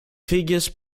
figures